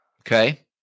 Okay